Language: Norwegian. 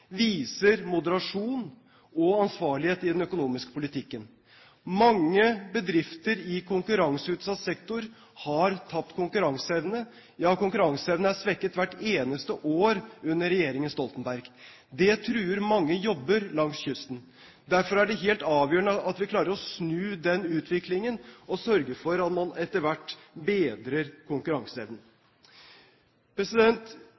viser moderasjon og ansvarlighet i den økonomiske politikken. Mange bedrifter i konkurranseutsatt sektor har tapt konkurranseevne. Ja, konkurranseevnen er svekket hvert eneste år under regjeringen Stoltenberg. Det truer mange jobber langs kysten. Derfor er det helt avgjørende at vi klarer å snu den utviklingen og sørger for at man etter hvert bedrer konkurranseevnen.